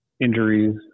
injuries